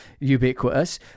ubiquitous